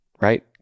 right